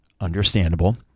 Understandable